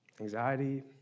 Anxiety